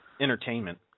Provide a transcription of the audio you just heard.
entertainment